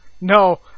No